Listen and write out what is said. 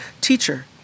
Teacher